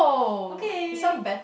okay